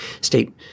State